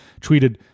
tweeted